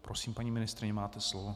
Prosím, paní ministryně, máte slovo.